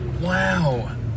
wow